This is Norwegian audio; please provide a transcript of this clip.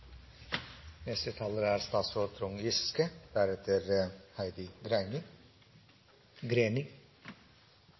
neste taler statsråd Trond Giske.